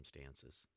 circumstances